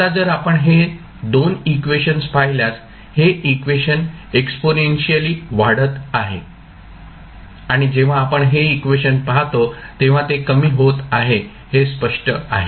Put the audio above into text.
आता जर आपण हे 2 इक्वेशनस् पाहिल्यास हे इक्वेशन एक्सपोनेन्शियली वाढत आहे आणि जेव्हा आपण हे इक्वेशन पाहतो तेव्हा ते कमी होत आहे हे स्पष्ट आहे